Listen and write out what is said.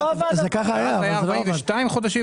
אז היו 42 חודשים.